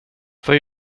för